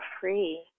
free